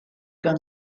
gun